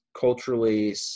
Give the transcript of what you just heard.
culturally